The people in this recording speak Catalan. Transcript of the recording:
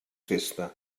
festa